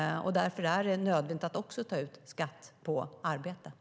Därför är det nödvändigt att ta ut skatt på arbete.